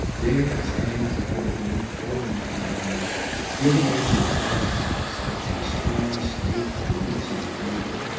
there it stands, accordingly, full in the tideway driven in, with hard taps, like some strong stake for the noose of a cable,